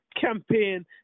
campaign